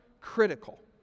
critical